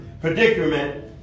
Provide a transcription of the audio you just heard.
predicament